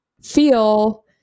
feel